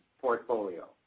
portfolio